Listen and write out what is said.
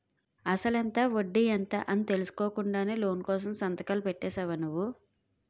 అసలెంత? వడ్డీ ఎంత? అని తెలుసుకోకుండానే లోను కోసం సంతకాలు పెట్టేశావా నువ్వు?